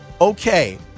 okay